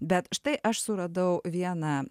bet štai aš suradau vieną